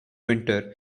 winter